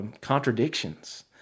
contradictions